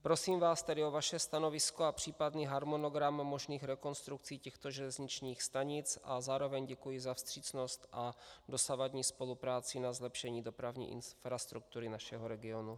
Prosím vás tedy o vaše stanovisko a případný harmonogram možných rekonstrukcí těchto železničních stanic a zároveň děkuji za vstřícnost a dosavadní spolupráci na zlepšení dopravní infrastruktury našeho regionu.